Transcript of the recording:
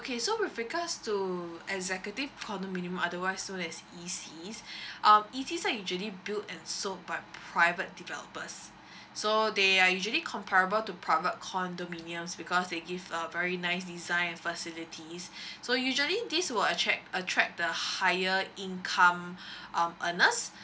okay so with regards to executive condominium otherwise known as E_Cs um E_Cs are usually build and sold by private developers so they are usually comparable to private condominiums because they give a very nice design and facilities so usually this will attract attract the higher income um earners